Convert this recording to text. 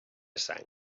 sang